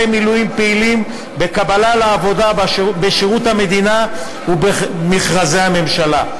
מילואים פעילים בקבלה לעבודה בשירות המדינה ובמכרזי הממשלה.